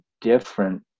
different